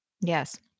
Yes